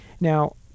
Now